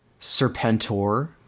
Serpentor